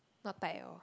not tight at all